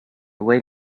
wait